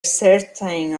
certain